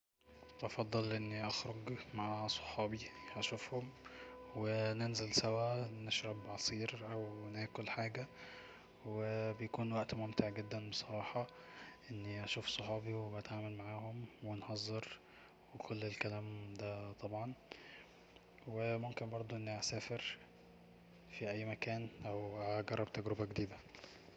افضل اني اخرج مع صحابي اشوفهم وننزل سوى نشرب عصير او ناكل حاجة وبيكون وقت ممتع جدا بصراحة اني اشوف صحابي واتعامل معهم ونهزر وكل الكلام دا طبعا وممكن برضو اني اسافر في اي مكان أو اجرب تجربة جديدة